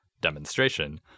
demonstration